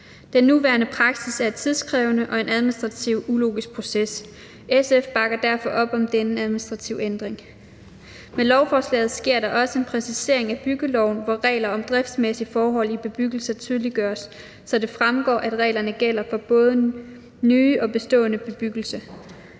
Den nuværende praksis er tidskrævende og en administrativt ulogisk proces. SF bakker derfor op om denne administrative ændring. Med lovforslaget sker der også en præcisering af byggeloven, hvor regler om driftsmæssige forhold i bebyggelser tydeliggøres, så det fremgår, at reglerne gælder for både ny og bestående bebyggelse.